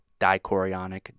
dichorionic